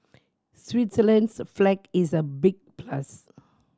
Switzerland's flag is a big plus